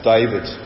David